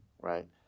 right